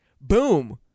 Boom